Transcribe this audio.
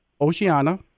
Oceania